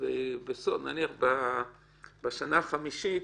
ובשנה החמישית